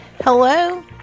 Hello